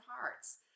hearts